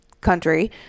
country